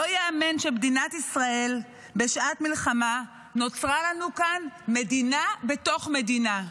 לא ייאמן שבמדינת ישראל בשעת מלחמה נוצרה לנו כאן מדינה בתוך מדינה.